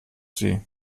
sie